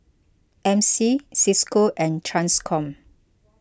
M C Cisco and Transcom